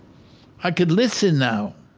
i could listen now.